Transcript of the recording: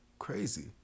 Crazy